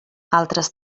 altres